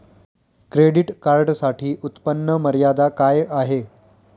Credit कार्डसाठी उत्त्पन्न मर्यादा काय आहे?